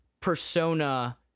persona